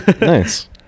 nice